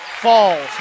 falls